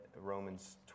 Romans